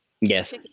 yes